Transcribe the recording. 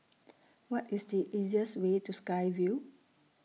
What IS The easiest Way to Sky Vue